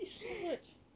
eat so much